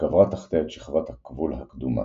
שקברה תחתיה את שכבת הכבול הקדומה.